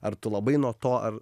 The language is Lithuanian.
ar tu labai nuo to ar